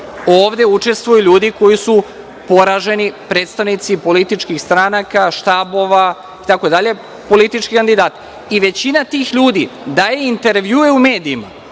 Ovde učestvuju ljudi koji su poraženi predstavnici političkih stranaka, štabova itd. politički kandidati. I većina tih ljudi daje intervjue u medijima.